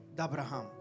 Abraham